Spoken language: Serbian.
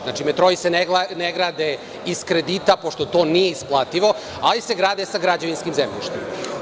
Znači, metroi se ne grade iz kredita, pošto to nije isplativo, ali se grade sa građevinskim zemljištem.